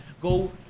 go